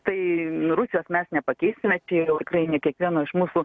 tai rusijos mes nepakeisime čia jau yra tikrai ne kiekvieno iš mūsų